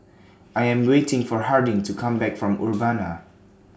I Am waiting For Harding to Come Back from Urbana